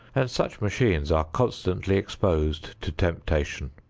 and such machines are constantly exposed to temptation.